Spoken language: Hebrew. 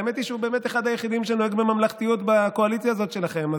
האמת היא שהוא באמת אחד היחידים שנוהג בממלכתיות בקואליציה הזאת שלכם.